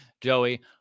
joey